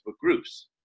groups